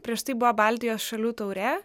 prieš tai buvo baltijos šalių taurė